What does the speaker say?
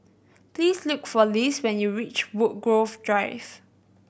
please look for Liz when you reach Woodgrove Drive